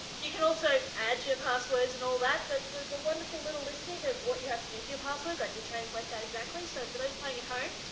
you can also add your passwords and all that, but the the wonderful little listing of what you have to do for your passwords i did translate that exactly. so for those playing at home,